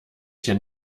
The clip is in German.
tier